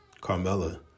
Carmella